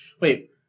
Wait